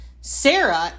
Sarah